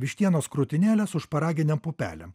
vištienos krūtinėlę su šparaginėm pupelėm